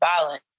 violence